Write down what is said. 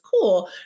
cool